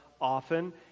often